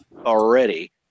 already